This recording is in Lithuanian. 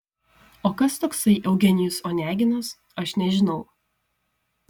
o kas toksai eugenijus oneginas aš nežinau